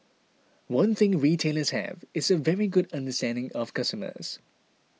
one thing retailers have is a very good understanding of customers